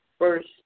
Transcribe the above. First